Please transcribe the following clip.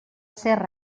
ser